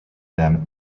them